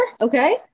okay